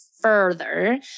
further